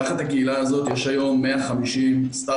תחת הקהילה הזו יש היום 150 סטארט-אפים,